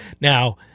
Now